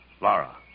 Laura